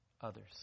others